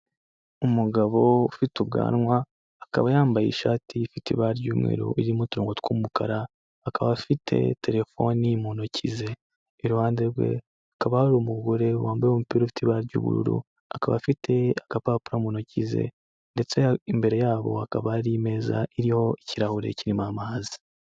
Umugabo ufite ubwanwa, akaba yambaye ishati ifite ibara ry'umweru irimo uturongo tw'umukara, akaba afite telefoni mu ntoki ze. Iruhande rwe hakaba hari umugore wambaye umupira ufite ibara ry'ubururu, akaba afite agapapuro mu ntoki ze. Ndetse imbere yabo hakaba hari imeza iriho ikirahure kirimo amazi.